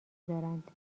دارند